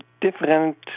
different